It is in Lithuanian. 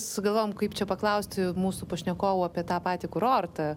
sugalvojom kaip čia paklausti mūsų pašnekovų apie tą patį kurortą